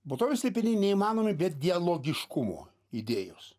būtovės slėpiniai neįmanomi be dialogiškumo idėjos